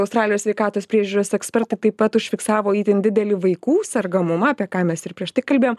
australijos sveikatos priežiūros ekspertai taip pat užfiksavo itin didelį vaikų sergamumą apie ką mes ir prieš tai kalbėjom